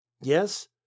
Yes